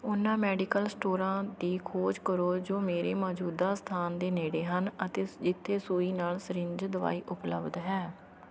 ਉਹਨਾਂ ਮੈਡੀਕਲ ਸਟੋਰਾਂ ਦੀ ਖੋਜ ਕਰੋ ਜੋ ਮੇਰੇ ਮੌਜੂਦਾ ਸਥਾਨ ਦੇ ਨੇੜੇ ਹਨ ਅਤੇ ਜਿੱਥੇ ਸੂਈ ਨਾਲ ਸਰਿੰਜ ਦਵਾਈ ਉਪਲੱਬਧ ਹੈ